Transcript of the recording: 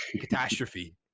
catastrophe